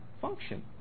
function